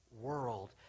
world